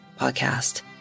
podcast